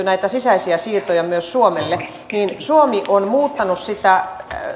näitä sisäisiä siirtoja myös suomelle niin suomi on muuttanut